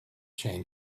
chain